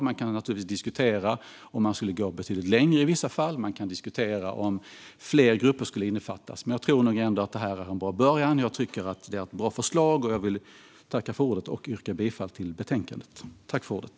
Man kan naturligtvis diskutera om man skulle gå betydligt längre i vissa fall. Man kan diskutera om fler grupper skulle innefattas. Men jag tror att detta är en bra början. Jag tycker att det är bra förslag, och jag vill yrka bifall till utskottets förslag i betänkandet.